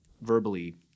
verbally